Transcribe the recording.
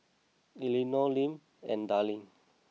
Elinor Lim and Darline